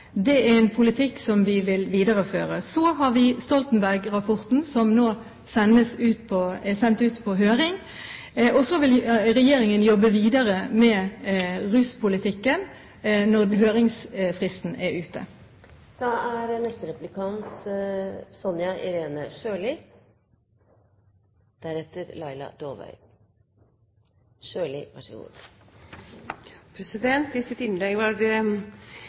Det er en politikk vi vil videreføre. Så har vi Stoltenberg-rapporten, som nå er sendt ut på høring, og Regjeringen vil jobbe videre med ruspolitikken når høringsfristen er ute.